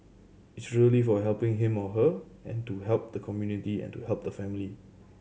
it's really for helping him or her and to help the community and to help the family